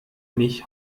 mich